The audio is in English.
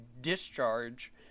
discharge